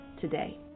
today